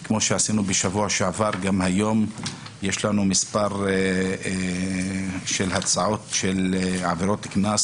גם היום במספר הצעות לעבירות קנס,